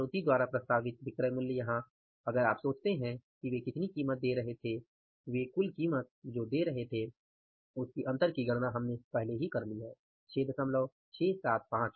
मारुति द्वारा प्रस्तावित विक्रय मूल्य यहाँ अगर आप सोचते हैं कि वे कितनी कीमत दे रहे थे वे कुल कीमत जो दे रहे थे उस अंतर की गणना हमने पहले ही कर ली है 6675